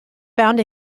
found